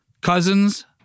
Cousins